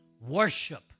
Worship